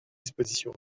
disposition